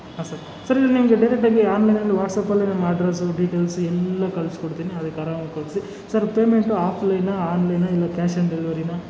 ಹಾಂ sir sir ಇದು ನಿಮಗೆ ಡೈರೆಕ್ಟಾಗಿ ಆನ್ಲೈನಲ್ಲಿ ವಾಟ್ಸಪಲ್ಲೇ ನಮ್ಮ ಅಡ್ರಸ್ಸು ಡೀಟೇಲ್ಸು ಎಲ್ಲ ಕಳಿಸ್ಕೊಡ್ತೀನಿ ಅದೇ ಥರ ಕಳಿಸಿ ಸರ್ ಪೇಮೆಂಟು ಆಫ್ಲೈನಾ ಆನ್ಲೈನಾ ಇಲ್ಲ ಕ್ಯಾಶ್ ಆನ್ ಡೆಲ್ವರಿನಾ